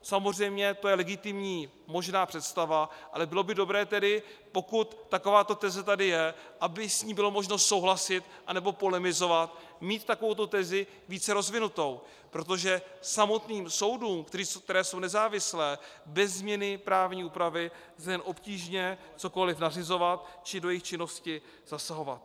Samozřejmě to je legitimní možná představa, ale bylo by dobré tedy, pokud takováto teze tady je, aby s ní bylo možno souhlasit, anebo polemizovat, mít takovouto tezi více rozvinutou, protože samotným soudům, které jsou nezávislé, bez změny právní úpravy lze jen obtížně cokoliv nařizovat či do jejich činnosti zasahovat.